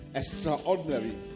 extraordinary